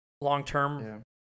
long-term